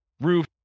roof